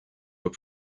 were